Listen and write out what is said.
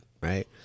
right